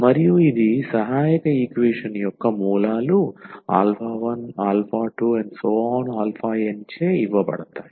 మరియు ఇది సహాయక ఈక్వేషన్ యొక్క మూలాలు 12n చే ఇవ్వబడతాయి